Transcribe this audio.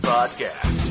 Podcast